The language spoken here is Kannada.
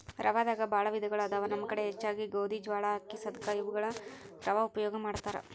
ರವಾದಾಗ ಬಾಳ ವಿಧಗಳು ಅದಾವ ನಮ್ಮ ಕಡೆ ಹೆಚ್ಚಾಗಿ ಗೋಧಿ, ಜ್ವಾಳಾ, ಅಕ್ಕಿ, ಸದಕಾ ಇವುಗಳ ರವಾ ಉಪಯೋಗ ಮಾಡತಾರ